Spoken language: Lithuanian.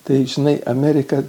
tai žinai amerika